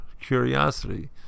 curiosity